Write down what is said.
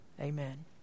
Amen